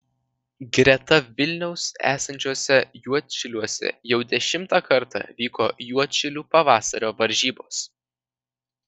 greta vilniaus esančiuose juodšiliuose jau dešimtą kartą vyko juodšilių pavasario varžybos